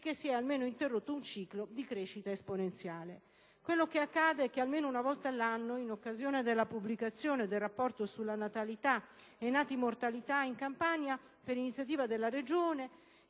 che si è almeno interrotto un ciclo di crescita esponenziale. Quanto accade è che, almeno una volta all'anno, in occasione della pubblicazione del rapporto sulla natalità e nati-mortalità in Campania per iniziativa della Regione,